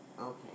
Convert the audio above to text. Okay